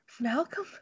Malcolm